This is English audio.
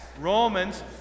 Romans